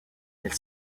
elle